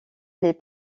les